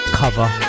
cover